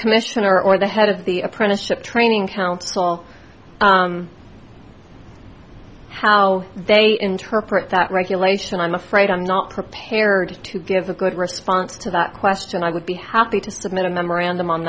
commissioner or the head of the apprenticeship training council how they interpret that regulation i'm afraid i'm not prepared to give a good response to that question i would be happy to submit a memorandum on